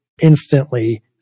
instantly